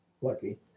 Lucky